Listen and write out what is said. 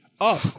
up